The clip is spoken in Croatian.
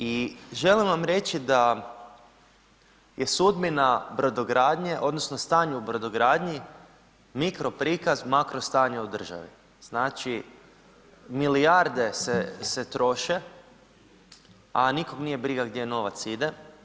I želim vam reći da je sudbina brodogradnje odnosno stanju u brodogradnji, mikro prikaz makro stanja u državi, znači milijarde se troše a nikog nije briga gdje novac ide.